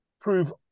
prove